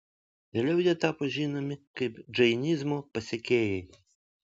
vėliau jie tapo žinomi kaip džainizmo pasekėjai